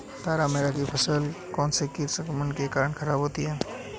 तारामीरा की फसल कौनसे कीट संक्रमण के कारण खराब होती है?